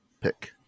pick